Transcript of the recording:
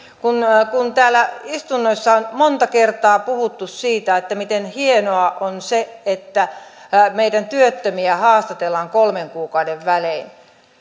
täällä istunnoissa on monta kertaa puhuttu siitä miten hienoa on se että meidän työttömiä haastatellaan kolmen kuukauden välein